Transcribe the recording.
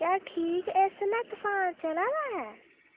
क्या ठीक इसलै तफान चला दा ऐ